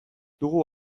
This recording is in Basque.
dugu